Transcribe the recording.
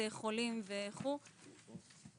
חולים, בדיקות,